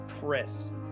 Chris